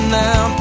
now